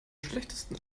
schlechtesten